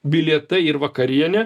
bilietai ir vakarienė